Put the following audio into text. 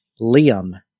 Liam